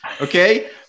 Okay